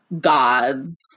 gods